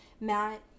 Matt